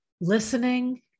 Listening